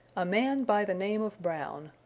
a man by the name of brown.